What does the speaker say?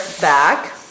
back